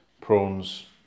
prawns